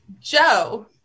joe